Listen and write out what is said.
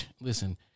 Listen